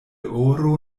oro